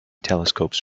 telescopes